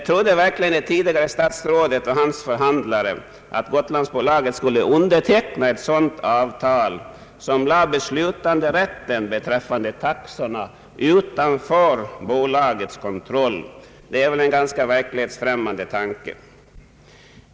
Trodde verkligen det tidigare statsrådet och hans förhandlare, att Gotlandsbolaget skulle underteckna ett avtal som lade beslutanderätten beträffande taxorna utanför bolagets kontroll? Det är väl en ganska verklighetsfrämmande tanke.